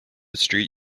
street